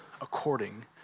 according